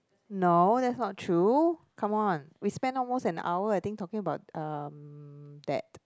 no that's not true come on we spend almost an hour I think talking about um that